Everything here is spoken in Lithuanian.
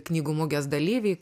knygų mugės dalyviai